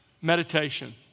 Meditation